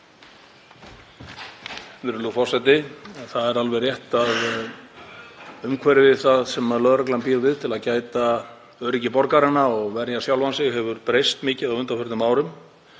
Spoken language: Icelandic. Það er alveg rétt að umhverfi það sem lögreglan býr við, til að gæta öryggis borgaranna og verja sjálfa sig, hefur breyst mikið á undanförnum árum.